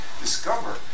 discover